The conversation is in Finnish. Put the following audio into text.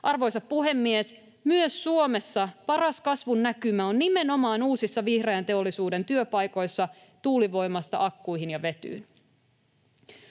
Arvoisa puhemies, myös Suomessa paras kasvun näkymä on nimenomaan uusissa vihreän teollisuuden työpaikoissa tuulivoimasta akkuihin ja vetyyn.